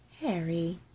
Harry